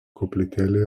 koplytėlė